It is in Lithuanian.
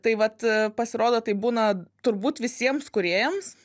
tai vat pasirodo taip būna turbūt visiems kūrėjams